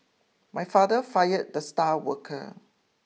my father fired the star worker